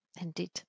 Indeed